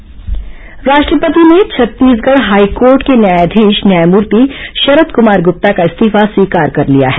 high court जज नियुक्ति राष्ट्रपति ने छत्तीसगढ़ हाईकोर्ट के न्यायाधीश न्यायमूर्ति शरद कुमार गुप्ता का इस्तीफा स्वीकार कर लिया है